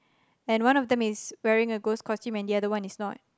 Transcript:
and one of them is wearing a ghost costume and the other one is not